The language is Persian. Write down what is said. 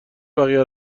بقیه